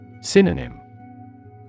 Synonym